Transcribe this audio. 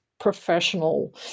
professional